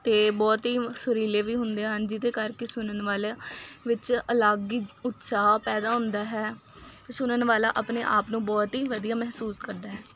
ਅਤੇ ਬਹੁਤ ਹੀ ਸੁਰੀਲੇ ਵੀ ਹੁੰਦੇ ਹਨ ਜਿਹਦੇ ਕਰਕੇ ਸੁਣਨ ਵਾਲੇ ਵਿੱਚ ਅਲੱਗ ਉਤਸ਼ਾਹ ਪੈਦਾ ਹੁੰਦਾ ਹੈ ਸੁਣਨ ਵਾਲਾ ਆਪਣੇ ਆਪ ਨੂੰ ਬਹੁਤ ਹੀ ਵਧੀਆ ਮਹਿਸੂਸ ਕਰਦਾ ਹੈ